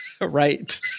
Right